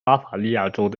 巴伐利亚州